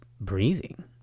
breathing